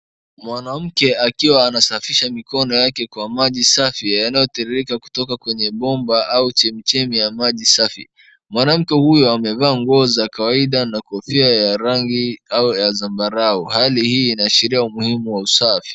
Mwanamke akiwa anasafisha mikono yake kwenye maji safi yanayoteremka kutoka kwenye bomba au chemichemi ya maji safi. Mwanamke huyu amevaa nguo za kawaida na kofia ra rangi au ya zambarau. Pahali hii inaashiria umuhimu wa usafi.